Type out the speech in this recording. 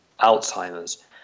Alzheimer's